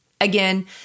Again